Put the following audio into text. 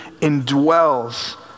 indwells